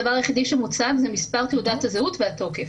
הדבר היחידי שמוצג זה מספר תעודת הזהות והתוקף.